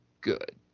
good